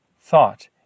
thought